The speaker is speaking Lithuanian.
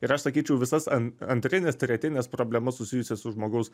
ir aš sakyčiau visas an antrines tretines problemas susijusias su žmogaus